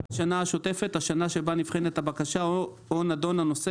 "השנה השוטפת" השנה שבה נבחנת הבקשה או נדון הנושא,